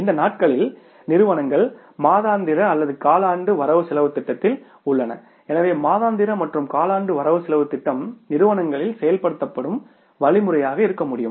இந்த நாட்களில் நிறுவனங்கள் மாதாந்திர அல்லது காலாண்டு வரவு செலவுத் திட்டத்தில் உள்ளன எனவே மாதாந்திர மற்றும் காலாண்டு வரவு செலவுத் திட்டம் நிறுவனங்களில் செயல்படுத்தப்படும் வழிமுறையாக இருக்க முடியும்